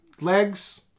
legs